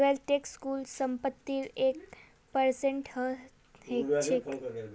wealth tax कुल संपत्तिर एक परसेंट ह छेक